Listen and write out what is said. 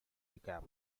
recap